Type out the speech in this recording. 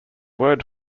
word